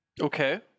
Okay